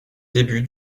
début